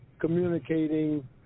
communicating